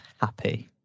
happy